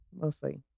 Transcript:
mostly